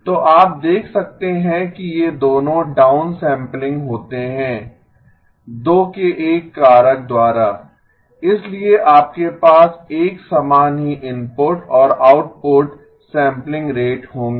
तो आप देख सकते हैं कि ये दोनों डाउन सैंपलिंग होतें हैं दो के एक कारक द्वारा इसलिए आपके पास एक समान ही इनपुट और आउटपुट सैंपलिंग रेट होंगें